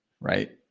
Right